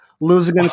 losing